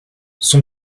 son